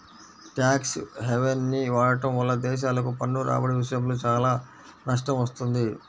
tax హెవెన్ని వాడటం వల్ల దేశాలకు పన్ను రాబడి విషయంలో చాలా నష్టం వస్తుంది